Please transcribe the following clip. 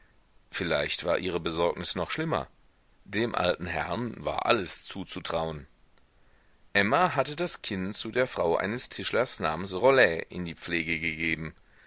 vielleicht war ihre besorgnis noch schlimmer dem alten herrn war alles zuzutrauen emma hatte das kind zu der frau eines tischlers namens rollet in die pflege gegeben